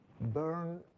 burn